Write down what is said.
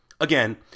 Again